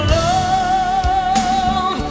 love